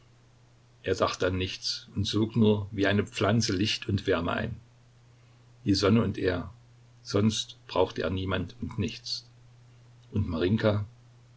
er dachte an nichts und sog nur wie eine pflanze licht und wärme ein die sonne und er sonst brauchte er niemand und nichts und